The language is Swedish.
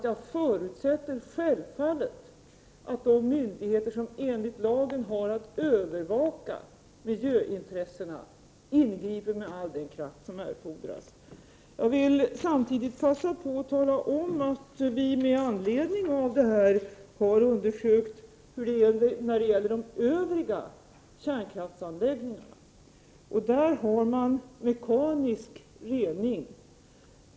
Jag förutsätter självfallet att de myndigheter som enligt lagen har att övervaka miljöintressena ingriper med all den kraft som erfordras. Samtidigt vill jag passa på att tala om att vi med anledning av detta har undersökt hur det är när det gäller de övriga kärnkraftsanläggningarna. Där har man mekanisk rening.